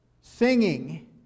singing